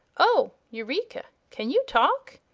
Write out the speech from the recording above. oh, eureka! can you talk?